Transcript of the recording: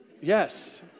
yes